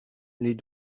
les